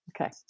Okay